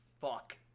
fuck